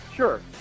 Sure